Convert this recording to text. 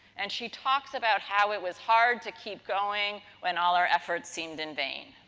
and, she talks about how it was hard to keep going when all her efforts seemed in vein.